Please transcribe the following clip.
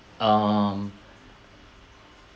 um